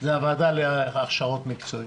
זו הוועדה להכשרות מקצועיות.